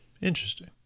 Interesting